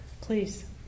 Please